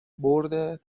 بورد